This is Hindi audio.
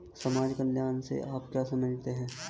समाज कल्याण से आप क्या समझते हैं?